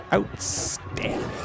Outstanding